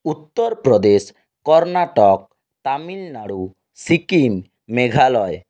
Uttar Pradesh Karnataka Tamil Nadu Sikkim Meghalaya